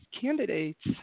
candidates